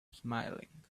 smiling